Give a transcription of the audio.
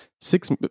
six